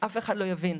אף אחד לא יבין.